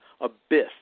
abyss